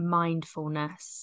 mindfulness